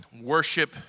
worship